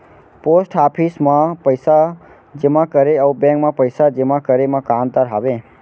post office मा पइसा जेमा करे अऊ बैंक मा पइसा जेमा करे मा का अंतर हावे